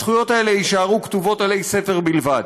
הזכויות שלהם יישארו כתובות עלי ספר בלבד.